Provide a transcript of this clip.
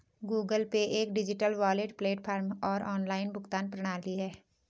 Google Pay एक digital wallet platform और online भुगतान प्रणाली है